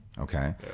Okay